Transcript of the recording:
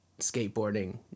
skateboarding